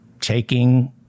taking